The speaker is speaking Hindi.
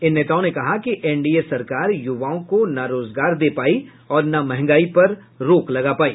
इन नेताओं ने कहा कि एनडीए सरकार युवाओं को न रोजगार दे पाई और न मंहगाई पर रोक लगा पाई